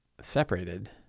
separated